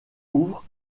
ouvre